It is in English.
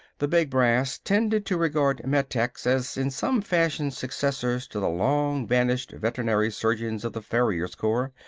the big brass tended to regard metechs as in some fashion successors to the long-vanished veterinary surgeons of the farriers' corps,